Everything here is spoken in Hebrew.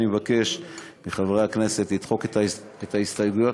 אני מבקש מחברי הכנסת לדחות את ההסתייגויות,